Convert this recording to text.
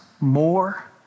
more